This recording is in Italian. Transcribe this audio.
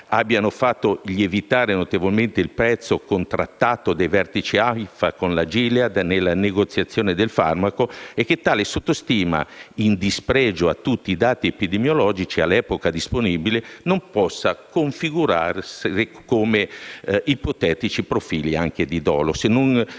abbia fatto lievitare notevolmente il prezzo contrattato dai vertici AIFA con la Gilead nella negoziazione del farmaco e se tale sottostima, in dispregio a tutti i dati epidemiologici all'epoca disponibili, non possa configurare anche ipotetici profili di dolo.